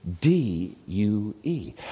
D-U-E